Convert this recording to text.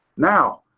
now.